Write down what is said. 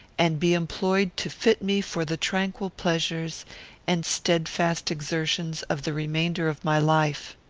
and be employed to fit me for the tranquil pleasures and steadfast exertions of the remainder of my life.